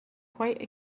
quite